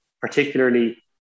particularly